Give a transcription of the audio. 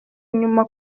inyuma